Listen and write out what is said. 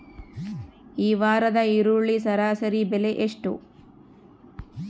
ಈ ವಾರದ ಈರುಳ್ಳಿ ಸರಾಸರಿ ಬೆಲೆ ಎಷ್ಟು?